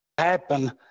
happen